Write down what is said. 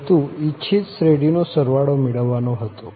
હેતુ ઇચ્છિત શ્રેઢીનો સરવાળો મેળવવાનો હતો